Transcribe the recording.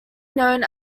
known